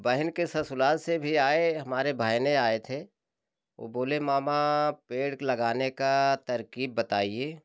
बहन के ससुराल से भी आए हमारे भाएने आए थे वो बोले मामा पेड़ लगाने का तरकीब बताएं